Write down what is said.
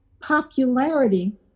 popularity